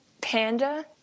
Panda